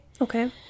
Okay